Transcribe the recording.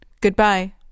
Goodbye